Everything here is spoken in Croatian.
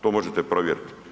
To možete provjeriti.